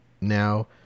now